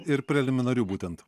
ir preliminarių būtent